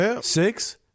Six